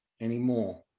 anymore